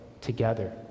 together